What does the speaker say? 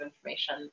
information